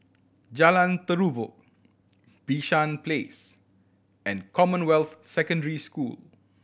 Jalan Terubok Bishan Place and Commonwealth Secondary School